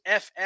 FF